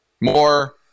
more